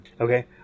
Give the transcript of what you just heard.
Okay